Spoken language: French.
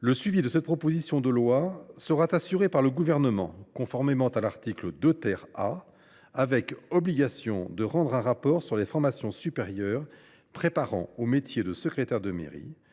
le suivi de cette proposition de loi sera assuré par le Gouvernement, conformément à l’article 2 A, avec l’obligation de rendre un rapport évaluant les formations supérieures préparant au métier de secrétaire de mairie,